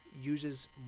uses